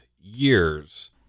years